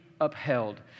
upheld